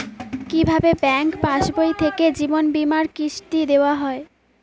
কি ভাবে ব্যাঙ্ক পাশবই থেকে জীবনবীমার কিস্তি দেওয়া হয়?